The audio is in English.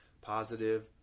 Positive